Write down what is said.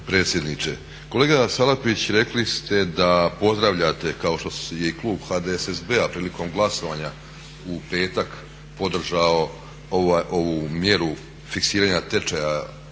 Kolega Salapić, rekli ste da pozdravljate kao što je i klub HDSSB-a prilikom glasovanja u petak podržao ovu mjeru fiksiranja tečaja,